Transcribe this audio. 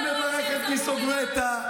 ואני מברך את ניסו גואטה.